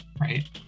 right